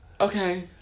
Okay